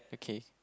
okay